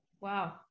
wow